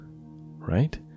right